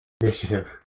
initiative